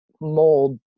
mold